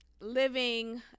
living